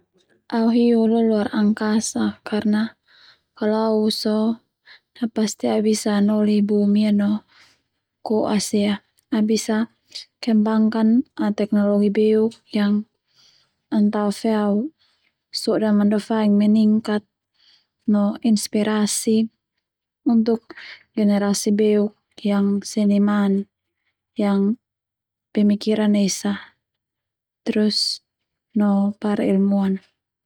Au hi lo luar angkasa karna kalo au so na pasti au bisa anoli bumi ia no ko'as ia, au bisa kembangkan teknologi beuk yang ana tao fe au so'da mandofaing meningkat no inspirasi untuk generasi beuk yang seniman yang pemikiran esa terus no para ilmuan.